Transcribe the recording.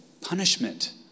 punishment